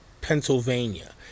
Pennsylvania